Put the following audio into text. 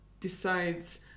decides